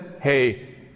hey